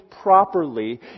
properly